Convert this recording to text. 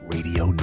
Radio